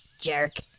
Jerk